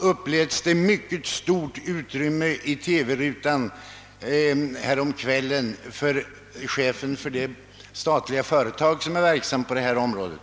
uppläts ett betydande utrymme i en TV-sändning häromkvällen åt chefen för det statliga företag som är verksamt på detta område.